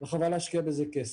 וחבל להשקיע בזה כסף.